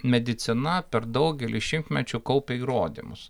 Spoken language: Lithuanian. medicina per daugelį šimtmečių kaupė įrodymus